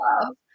love